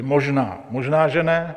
Možná, možná že ne.